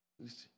Listen